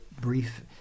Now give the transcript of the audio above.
brief